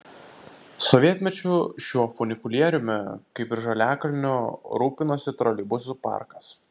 sovietmečiu šiuo funikulieriumi kaip ir žaliakalnio rūpinosi troleibusų parkas